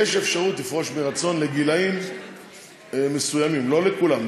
יש אפשרות לפרוש מרצון בגילאים מסוימים, לא לכולם.